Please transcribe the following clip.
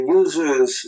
users